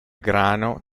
grano